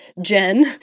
Jen